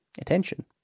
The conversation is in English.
attention